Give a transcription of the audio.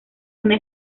una